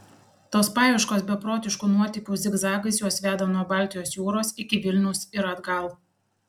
tos paieškos beprotiškų nuotykių zigzagais juos veda nuo baltijos jūros iki vilniaus ir atgal